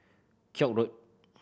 Koek Road